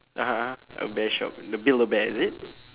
(uh huh) a bear shop the build a bear is it